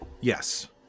Yes